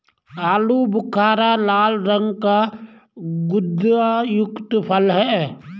आलू बुखारा लाल रंग का गुदायुक्त फल है